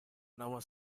nama